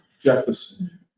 Jefferson